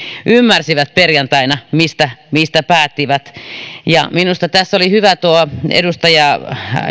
ymmärsivät perjantaina mistä päättivät minusta tässä oli hyvä tuo edustaja